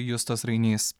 justas rainys